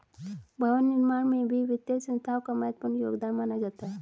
भवन निर्माण में भी वित्तीय संस्थाओं का महत्वपूर्ण योगदान माना जाता है